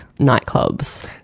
nightclubs